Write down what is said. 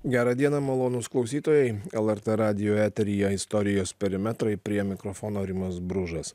gerą dieną malonūs klausytojai lrt radijo eteryje istorijos perimetrai prie mikrofono rimas bružas